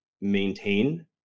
maintain